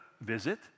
visit